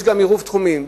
יש גם עירוב תחומין.